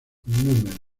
números